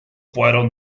fueron